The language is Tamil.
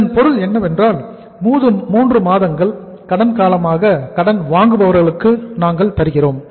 இதன் பொருள் என்னவென்றால் 3 மாதங்கள் கடன் காலமாக கடன் வாங்குபவர்களுக்கு நாங்கள் தருகிறோம்